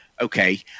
okay